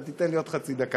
אתה תיתן לי עוד חצי דקה.